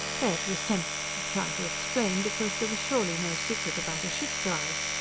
baird was tempted to try to explain, because there was surely no secret about a ship drive,